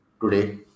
today